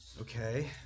Okay